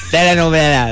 Telenovela